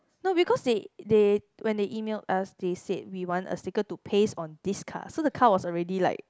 no because they they when they email us they say we want a sticker to paste on this car so the car was already like